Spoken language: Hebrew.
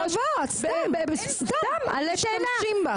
סתם עלה תאנה.